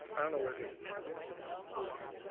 i don't know where it came from or why.